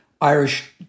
Irish